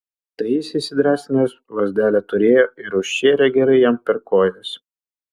tai jis įsidrąsinęs lazdelę turėjo ir užšėrė gerai jam per kojas